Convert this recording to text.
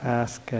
ask